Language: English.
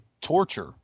torture